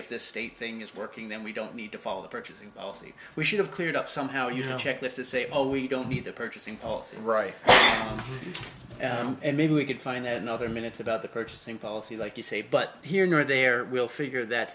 if this state thing is working then we don't need to follow the purchasing policy we should have cleared up somehow you know checklist to say oh we don't need the purchasing polls right and maybe we could find another minute about the purchasing policy like you say but here nor there we'll figure that